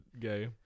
gay